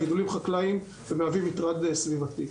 גידולים חקלאיים ומהווים מטרד סביבתי.